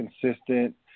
consistent